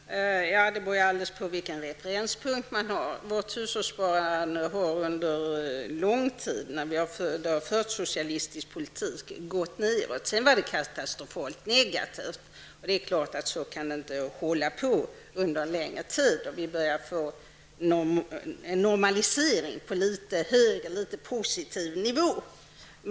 Herr talman! Det beror alldeles på vilken referenspunkt man har. Vårt hushållssparande har när det har förts socialistisk politik under lång tid gått nedåt. Det var katastrofalt negativt, och det är klart att det inte kan förbli så under en längre tid. Vi börjar nu få till stånd en normalisering, en stabilisering på en något mer positiv nivå.